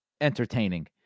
entertaining